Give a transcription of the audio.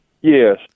Yes